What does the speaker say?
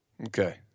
Okay